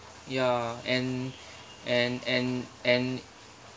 ya and and and and